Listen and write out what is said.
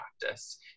practice